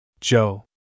Joe